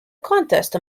contest